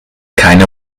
keine